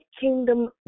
kingdom